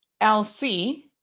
LC